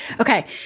Okay